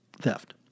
theft